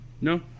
no